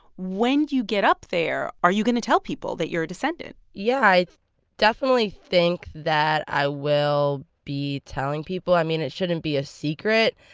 when you get up there, are you going to tell people that you're a descendant? yeah. i definitely think that i will be telling people. i mean, it shouldn't be a secret.